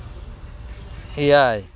ᱮᱭᱟᱭ